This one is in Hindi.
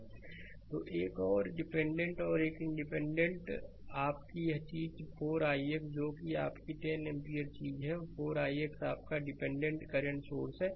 स्लाइड समय देखें 2312 तो और एक डीपेंडेंट और एक इंडिपेंडेंट आपकी यह चीज 4 ix जो कि आपकी 10 एम्पीयर चीज है और 4 ix आपका डीपेंडेंट करंट स्रोत है